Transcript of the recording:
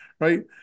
Right